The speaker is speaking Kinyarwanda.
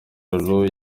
lulu